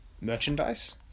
merchandise